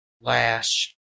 Lash